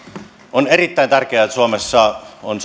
on erittäin tärkeää että suomessa on